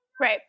Right